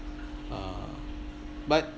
uh but